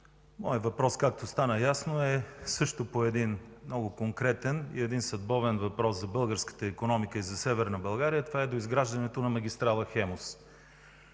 моят въпрос, както стана ясно, е също по много конкретен и съдбовен въпрос за българската икономика и за Северна България –доизграждането на автомагистрала „Хемус”.